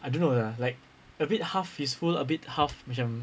I don't know lah like a bit half useful a bit half macam